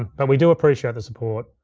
ah but we do appreciate the support.